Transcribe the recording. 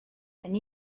and